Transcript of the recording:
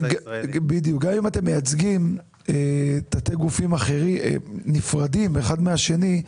גם אם אתם מייצגים תתי-גופים נפרדים אחד מהשני,